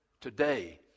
today